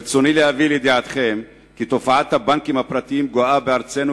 ברצוני להביא לידיעתכם כי תופעת הבנקים הפרטיים גואה בארצנו,